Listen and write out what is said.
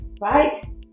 Right